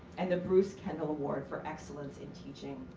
and the bruce kendall award for excellence in teaching.